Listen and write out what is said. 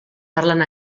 parlen